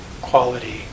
quality